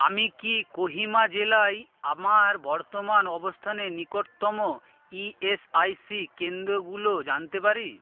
আমি কি কোহিমা জেলায় আমার বর্তমান অবস্থানের নিকটতম ইএসআইসি কেন্দ্রগুলো জানতে পারি